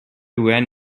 ran